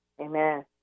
Amen